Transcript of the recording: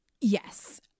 Yes